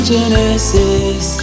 Genesis